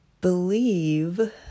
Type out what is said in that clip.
believe